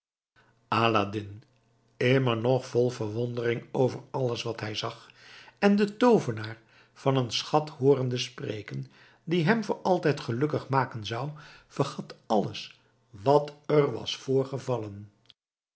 aladdin immer nog vol verwondering over alles wat hij zag en den toovenaar van een schat hoorende spreken die hem voor altijd gelukkig maken zou vergat alles wat er was voorgevallen